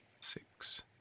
six